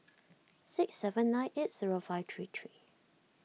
six seven nine eight zero five three three